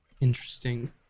Interesting